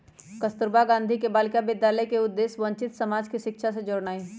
कस्तूरबा गांधी बालिका विद्यालय के उद्देश्य वंचित समाज के शिक्षा से जोड़नाइ हइ